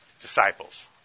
disciples